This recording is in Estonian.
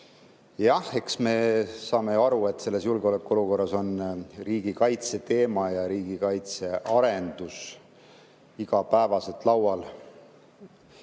Jah, eks me saame aru, et selles julgeolekuolukorras on riigikaitse ja riigikaitse arenduse teema igapäevaselt laual.